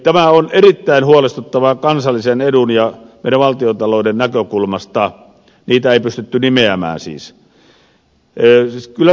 tämä on erittäin huolestuttavaa kansallisen edun ja valtiontalouden näkökulmasta että niitä siis ei pystytty nimeämään